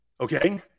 okay